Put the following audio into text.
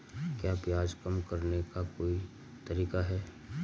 क्या ब्याज कम करने का कोई तरीका है?